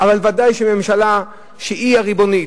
אבל ודאי שהממשלה, שהיא הריבונית,